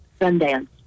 Sundance